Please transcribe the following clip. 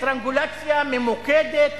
סטרנגולציה ממוקדת,